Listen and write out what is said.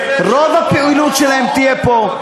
רוב הפעילות שלהם תהיה פה.